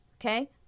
okay